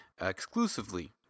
exclusively